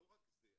לא רק זה.